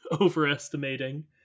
overestimating